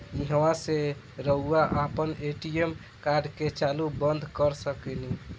ईहवा से रऊआ आपन ए.टी.एम कार्ड के चालू बंद कर सकेनी